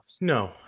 No